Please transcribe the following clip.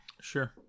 Sure